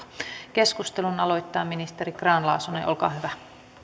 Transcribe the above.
keskustelun aloittaa ministeri grahn laasonen olkaa hyvä